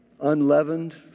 unleavened